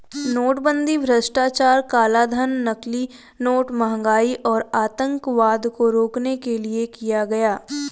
नोटबंदी भ्रष्टाचार, कालाधन, नकली नोट, महंगाई और आतंकवाद को रोकने के लिए किया गया